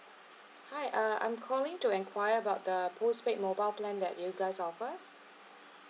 hi uh I'm calling to enquire about the postpaid mobile plan that you guys offer